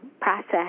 process